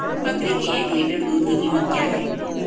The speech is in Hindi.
बकरी के एक लीटर दूध की कीमत क्या है?